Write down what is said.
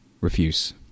refuse